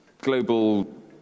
global